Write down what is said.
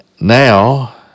Now